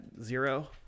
zero